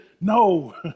no